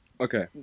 okay